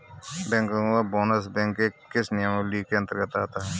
बैंकरों का bonus bank के किस नियमावली के अंतर्गत आता है?